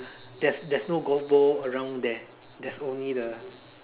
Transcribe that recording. there's there's no golf ball around there there's only the